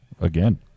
Again